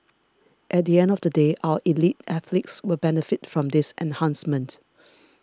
at the end of the day our elite athletes will benefit from this enhancement